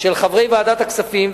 של חברי ועדת הכספים.